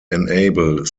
enable